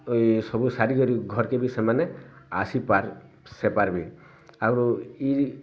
ଏଇସବୁ ସାରିକରି ଘରକେ ବି ସେମାନେ ଆସିପାର ଆସିପାରବେ ଆଉ ଇରି